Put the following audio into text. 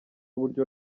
uburyo